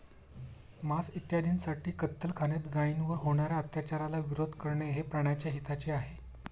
मांस इत्यादींसाठी कत्तलखान्यात गायींवर होणार्या अत्याचाराला विरोध करणे हे प्राण्याच्या हिताचे आहे